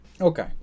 Okay